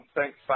Thanks